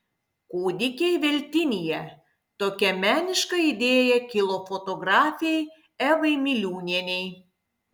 kūdikiai veltinyje tokia meniška idėja kilo fotografei evai miliūnienei